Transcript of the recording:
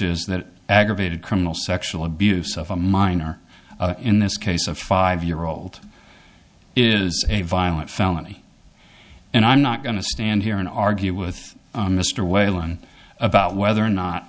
is that aggravated criminal sexual abuse of a minor in this case a five year old is a violent felony and i'm not going to stand here and argue with mr whalen about whether or not